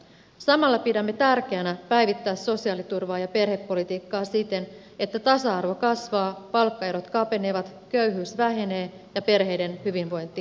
samalla pidämme tärkeänä päivittää sosiaaliturvaa ja perhepolitiikkaa siten että tasa arvo kasvaa palkkaerot kapenevat köyhyys vähenee ja perheiden hyvinvointi lisääntyy